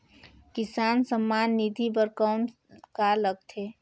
किसान सम्मान निधि बर कौन का लगथे?